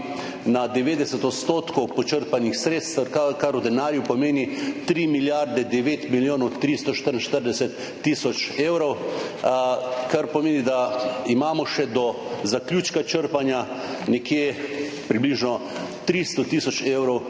na 90 odstotkih počrpanih sredstev, kar v denarju pomeni 3 milijarde 9 milijonov 344 tisoč evrov, kar pomeni, da imamo še do zaključka črpanja nekje približno 300 tisoč evrov